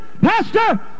pastor